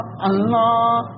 Allah